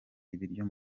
ibiryo